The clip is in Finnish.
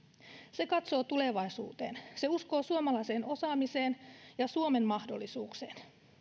se katsoo tulevaisuuteen se uskoo suomalaiseen osaamiseen ja suomen mahdollisuuksiin